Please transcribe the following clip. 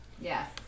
Yes